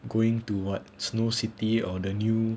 going to what snow city or the new